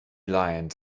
lions